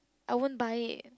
I won't buy it